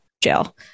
jail